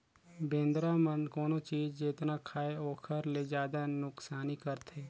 बेंदरा मन कोनो चीज जेतना खायें ओखर ले जादा नुकसानी करथे